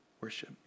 worship